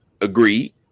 Agreed